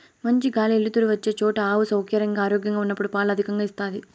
మంచి గాలి ఎలుతురు వచ్చే చోట ఆవు సౌకర్యంగా, ఆరోగ్యంగా ఉన్నప్పుడు పాలు అధికంగా ఇస్తాది